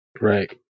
right